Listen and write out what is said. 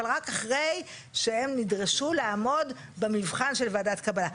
אבל רק אחרי שהם נדרשו לעמוד במבחן של ועדת קבלה.